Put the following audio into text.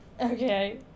Okay